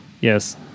yes